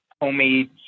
homemade